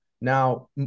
Now